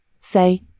say